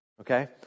Okay